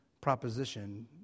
proposition